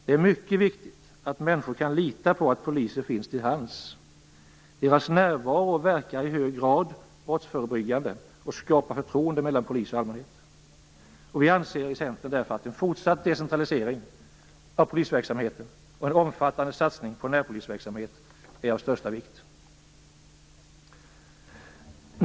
Det är mycket viktigt att människor kan lita på att poliser finns till hands. Deras närvaro verkar i hög grad brottsförebyggande och skapar förtroende mellan polis och allmänhet. Vi anser i Centern därför att en fortsatt decentralisering av polisverksamheten och en omfattande satsning på närpolisverksamhet är av största vikt.